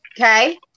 Okay